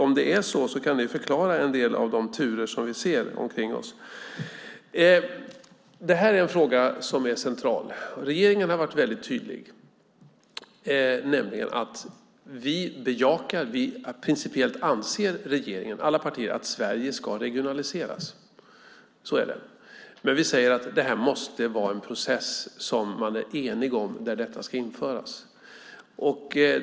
Om det är så kan det förklara en del av de turer vi ser omkring oss. Det här är en central fråga. Regeringen har varit tydlig, nämligen att regeringen anser - alla partier - att Sverige ska regionaliseras. Så är det. Men vi säger att man måste vara enig om när processen ska påbörjas.